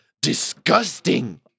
disgusting